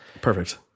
perfect